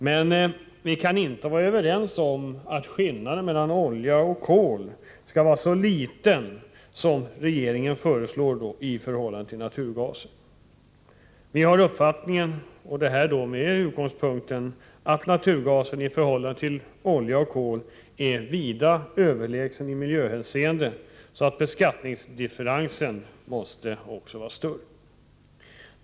Men vi kan inte vara överens om att skillnaden mellan å ena sidan olja och kol, å andra sidan naturgasen skall vara så liten som regeringen föreslår. Vi har med utgångspunkt i att naturgasen i förhållande till olja och kol är vida överlägsen i miljöhänseende den uppfattningen att beskattningsdifferensen måste vara större än nu.